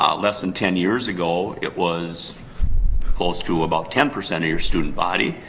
um less than ten years ago, it was close to about ten percent of your student body.